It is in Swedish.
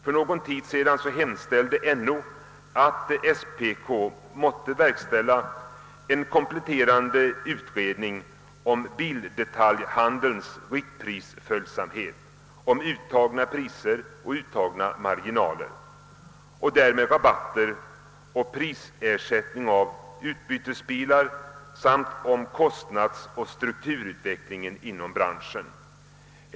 För någon tid sedan hemställde NO att SPK måtte verkställa en kompletterande utredning om bildetaljhandelns riktprisföljsamhet, om uttagna priser och uttagna marginaler och därmed om rabatter och Pprisersättningar för utbytesdelar samt om kostnadsoch strukturutvecklingen inom branschen.